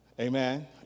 Amen